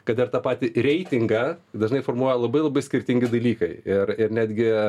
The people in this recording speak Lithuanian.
kad ir tą patį reitingą dažnai formuoja labai labai skirtingi dalykai ir ir netgi